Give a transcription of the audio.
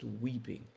weeping